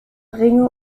ringe